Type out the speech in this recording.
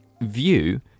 view